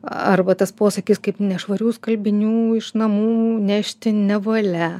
arba tas posakis kaip nešvarių skalbinių iš namų nešti nevalia